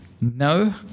no